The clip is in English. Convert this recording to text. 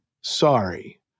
sorry